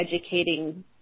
educating